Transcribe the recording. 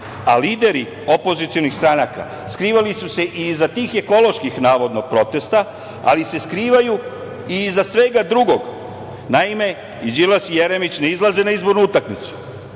a lideri opozicionih stranaka skrivali su se iza tih ekoloških, navodno, protesta, ali se skrivaju iza svega drugog. Naime, i Đilas i Jeremić ne izlaze na izbornu utakmicu.